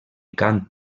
cant